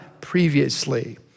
previously